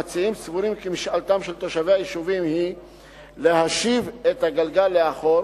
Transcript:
המציעים סבורים כי משאלתם של תושבי היישובים היא להשיב את הגלגל לאחור